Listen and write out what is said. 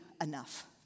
enough